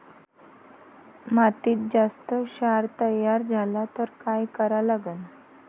मातीत जास्त क्षार तयार झाला तर काय करा लागन?